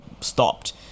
stopped